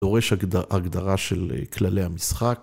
דורש הגדרה של כללי המשחק